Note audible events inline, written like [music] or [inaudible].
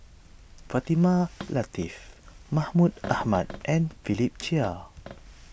Fatimah [noise] Lateef Mahmud [noise] Ahmad and Philip Chia [noise]